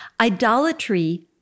Idolatry